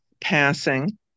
passing